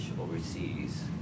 overseas